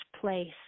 place